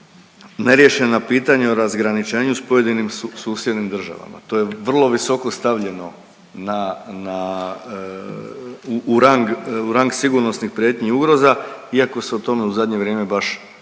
neriješena pitanja o razgraničenju s pojedinim susjednim državama, to je vrlo visoko stavljeno na, na, u, u rang, u rang sigurnosnih prijetnji i ugroza iako se o tome u zadnje vrijeme baš i